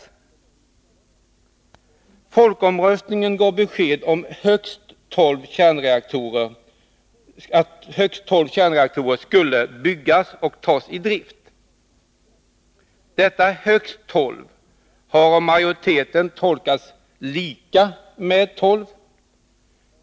Folkomröstningen gav besked om att högst tolv kärnkraftsreaktorer skulle byggas och tas i drift. Detta ”högst tolv” har av majoriteten tolkats som lika med tolv.